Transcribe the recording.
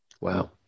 Wow